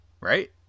Right